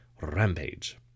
rampage